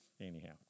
Anyhow